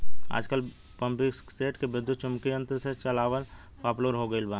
आजकल पम्पींगसेट के विद्युत्चुम्बकत्व यंत्र से चलावल पॉपुलर हो गईल बा